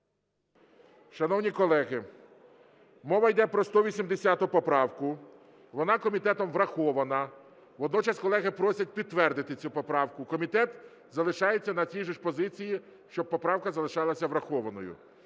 Шановні колеги, мова йде про 180 поправку, вона комітетом врахована. Водночас колеги просять підтвердити цю поправку. Комітет залишається на цій же ж позиції, щоб поправка залишалася врахованою.